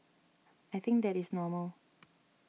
I think that is normal